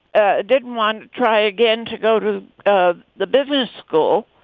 ah didn't want to try again to go to ah the business school.